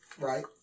Right